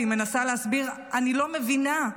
והיא מנסה להסביר: "אני לא מבינה".